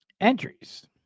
Entries